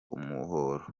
umuhoro